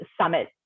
summit